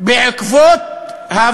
הוא אמר שהוא ישלול להם את האזרחות.